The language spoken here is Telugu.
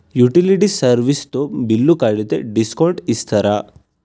యుటిలిటీ సర్వీస్ తో బిల్లు కడితే డిస్కౌంట్ ఇస్తరా?